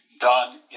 done